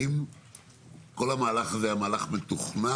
האם כל המהלך הזה היה מהלך מתוכנן